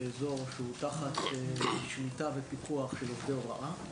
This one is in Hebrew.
שנמצא תחת שליטה ופיקוח של עובדי הוראה,